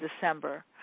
December